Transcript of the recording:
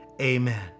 amen